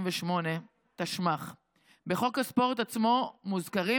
לא נשמעה אז, והם נסגרו.